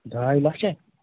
ڈاے لَچھ ہے